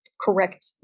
correct